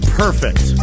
perfect